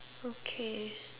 okay